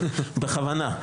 בכוונה.